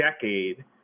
decade